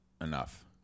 enough